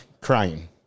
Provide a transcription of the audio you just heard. crying